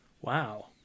Wow